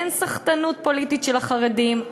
אין סחטנות פוליטית של החרדים,